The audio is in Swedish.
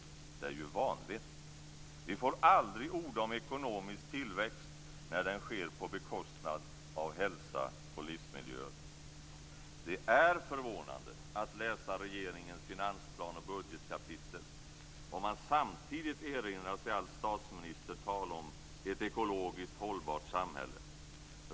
Det är ju vanvett. Vi får aldrig orda om ekonomisk tillväxt när den sker på bekostnad av hälsa och livsmiljöer. Det är förvånande att läsa regeringens finansplan och budgetkapitel om man samtidigt erinrar sig allt statsministertal om ett ekologiskt hållbart samhälle.